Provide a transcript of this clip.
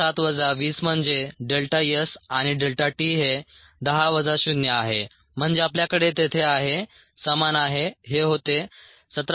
7 वजा 20 म्हणजे delta s आणि डेल्टा t हे 10 वजा 0 आहे म्हणजे आपल्याकडे तेथे आहे समान आहे हे होते 17